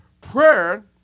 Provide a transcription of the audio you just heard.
prayer